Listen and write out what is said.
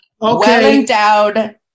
well-endowed